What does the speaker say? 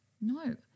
No